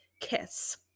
kiss